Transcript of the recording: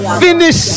finish